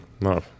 No